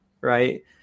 Right